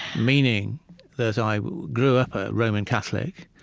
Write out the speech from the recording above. meaning that i grew up a roman catholic,